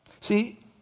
See